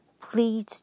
please